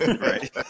Right